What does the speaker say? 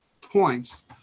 points